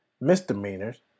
misdemeanors